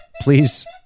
Please